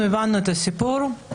אנחנו הבנו את הסיפור של הנהלים.